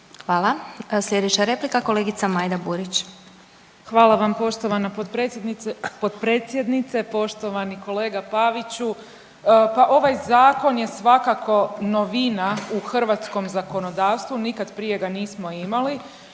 Hvala. Sljedeća replika kolegica Majda Burić. **Burić, Majda (HDZ)** Hvala vam poštovana potpredsjednice. Poštovani kolega Paviću pa ovaj zakon je svakako novina u hrvatskom zakonodavstvu. Nikad prije ga nismo imali